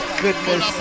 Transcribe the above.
goodness